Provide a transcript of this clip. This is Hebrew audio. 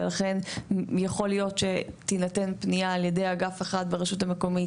ולכן יכול להיות שתינתן פנייה על ידי אגף אחד ברשות המקומית